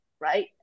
right